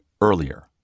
earlier